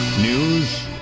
News